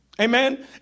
Amen